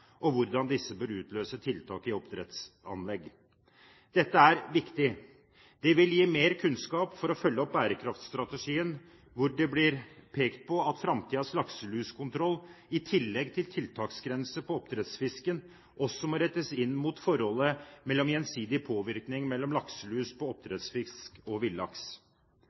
og hvordan disse bør utløse tiltak i oppdrettsanlegg. Dette er viktig. Det vil gi mer kunnskap for å følge opp bærekraftstrategien hvor det blir pekt på at framtidens lakselusekontroll, i tillegg til tiltaksgrenser på oppdrettsfisk, også må rettes inn mot forholdet mellom gjensidig påvirkning mellom lakselus på oppdrettsfisk og villaks.